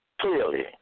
clearly